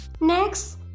next